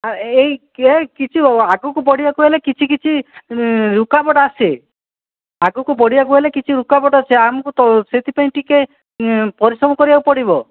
ହଁ ଏଇ କିଛି ଆଗକୁ ବଢ଼ିବାକୁ ହେଲେ କିଛି କିଛି ରୁକାବଟ ଆସେ ଆଗକୁ ବଢ଼ିବାକୁ ହେଲେ କିଛି ରୁକାବଟ ଆସେ ଆମକୁ ସେଥିପାଇଁ ଟିକିଏ ପରିଶ୍ରମ କରିବାକୁ ପଡ଼ିବ